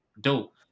Dope